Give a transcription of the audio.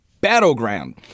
battleground